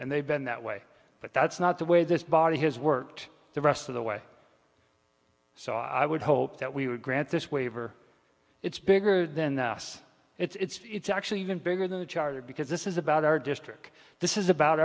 and they've been that way but that's not the way this body has worked the rest of the way so i would hope that we would grant this waiver it's bigger than us it's actually even bigger than the charter because this is about our district this is about